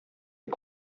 est